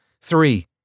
Three